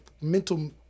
mental